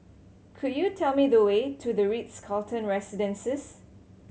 could you tell me the way to The Ritz Carlton Residences